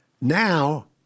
Now